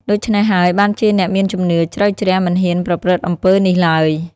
ដូច្នេះហើយបានជាអ្នកមានជំនឿជ្រៅជ្រះមិនហ៊ានប្រព្រឹត្តអំពើនេះឡើយ។